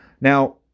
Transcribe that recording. Now